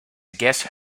guest